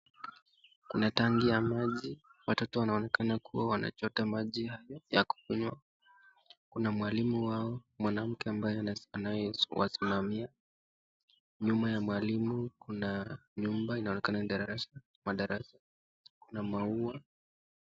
Kuna tangi ya maji watoto wanaonekana kuwa wanachota maji ya kukunywa, kuna mwalimu wao mwanamke ambaye anayesimama, nyuma ya mwalimu kuna nyumba inaonekana ni darasa kuna maua.